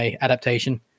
adaptation